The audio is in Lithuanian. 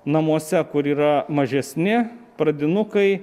namuose kur yra mažesni pradinukai